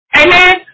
amen